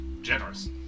Generous